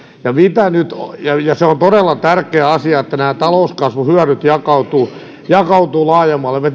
ja on todella tärkeä asia että talouskasvun hyödyt jakautuvat laajemmalle me